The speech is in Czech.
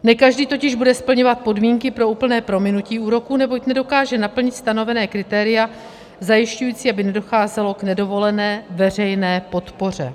Ne každý totiž bude splňovat podmínky pro úplné prominutí úroku, neboť nedokáže naplnit stanovená kritéria zajišťující, aby nedocházelo k nedovolené veřejné podpoře.